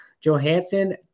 Johansson